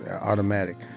automatic